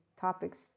topics